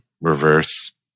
reverse